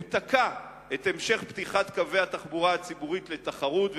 הוא תקע את המשך פתיחת קווי התחבורה הציבורית לתחרות,